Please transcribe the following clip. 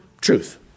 truth